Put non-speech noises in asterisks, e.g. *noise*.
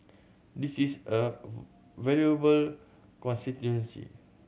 this is a *unintelligible* valuable constituency